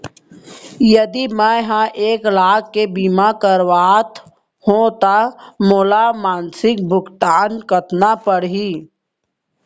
यदि मैं ह एक लाख के बीमा करवात हो त मोला मासिक भुगतान कतना पड़ही?